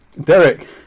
Derek